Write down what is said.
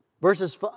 Verses